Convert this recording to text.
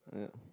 yeah